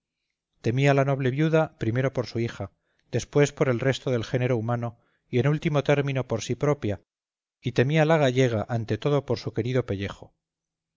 temía la noble viuda primero por su hija después por el resto del género humano y en último término por sí propia y temía la gallega ante todo por su querido pellejo